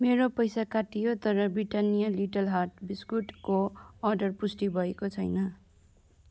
मेरो पैसा काटियो तर ब्रिटानिया लिटिल हार्ट् बिस्कुटको अर्डर पुष्टि भएको छैन